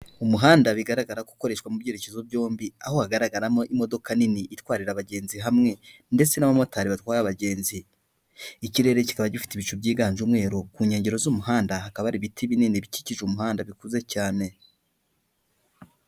Umuhanda bigaragara ko ukoreshwa mu byerekezo byombi, aho hagaragaramo imodoka nini itwarira abagenzi hamwe ndetse n'abamotari batwaye abagenzi, ikirere kikaba gifite ibicu byiganje umweru ku nkengero z'umuhanda hakaba hari ibiti binini bikije umuhanda bikuze cyane.